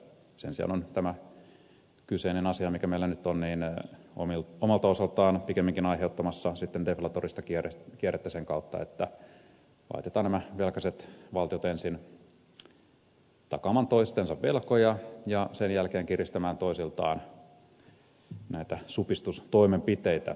sen sijaan on tämä kyseinen asia mikä meillä nyt on omalta osaltaan pikemminkin aiheuttamassa sitten deflatorista kierrettä sen kautta että laitetaan nämä velkaiset valtiot ensin takaamaan toistensa velkoja ja sen jälkeen kiristämään toisiltaan näitä supistustoimenpiteitä leikkauksia